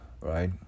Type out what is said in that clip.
right